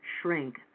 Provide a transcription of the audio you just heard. shrink